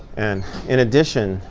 and in addition,